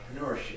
entrepreneurship